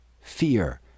fear